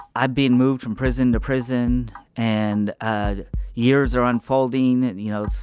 i been moved from prison to prison and and years are unfolding, and you know,